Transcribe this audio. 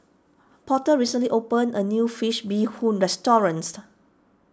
Porter recently opened a new Fish Bee Hoon restaurant